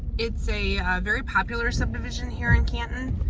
it's a very popular subdivision here in canton.